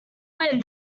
wind